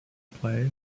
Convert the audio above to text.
play